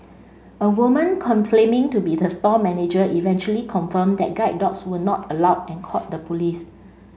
a woman to be the store manager eventually confirmed that guide dogs were not allowed and called the police